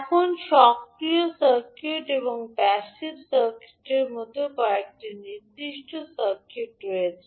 এখন সক্রিয় সার্কিট এবং প্যাসিভ সার্কিটের মতো কয়েকটি নির্দিষ্ট সার্কিট রয়েছে